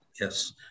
Yes